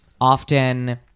often